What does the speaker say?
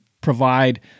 provide